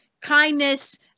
kindness